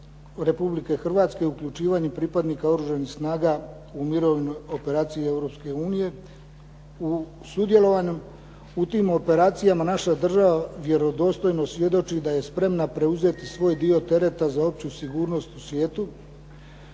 Republike Hrvatske u uključivanje pripadnika Oružanih snaga u mirovnu operaciju Europske unije? U sudjelovanju u tim operacijama naša država vjerodostojno svjedoči da je spremna preuzeti svoj dio tereta za opću sigurnost u svijetu,